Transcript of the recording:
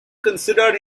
considered